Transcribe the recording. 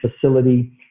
Facility